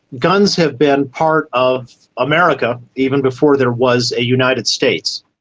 guns have been part of america even before there was a united states.